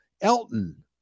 Elton